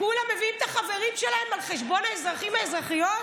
כולם מביאים את החברים שלהם על חשבון האזרחים והאזרחיות?